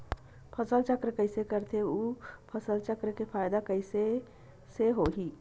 फसल चक्र कइसे करथे उ फसल चक्र के फ़ायदा कइसे से होही?